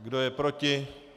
Kdo je proti?